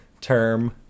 term